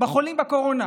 בחולים בקורונה,